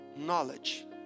Knowledge